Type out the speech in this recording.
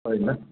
होय ना